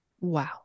Wow